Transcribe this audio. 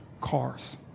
cars